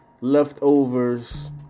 leftovers